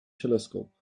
telescope